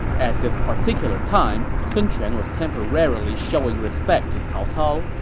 at this particular time, sun quan was temporarily showing respect to cao cao,